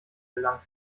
gelangt